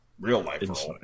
real-life